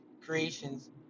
creations